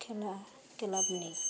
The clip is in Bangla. খেলার ক্লাব নিয়ে